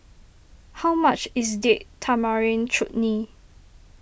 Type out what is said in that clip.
how much is Date Tamarind Chutney